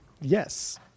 Yes